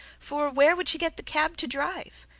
for where would she get the cab to drive?